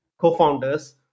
co-founders